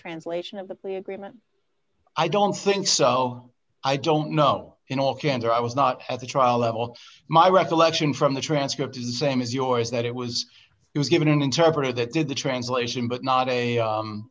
translation of the plea agreement i don't think so i don't know in all candor i was not at the trial level my recollection from the transcript is the same as yours that it was he was given an interpreter that did the translation but not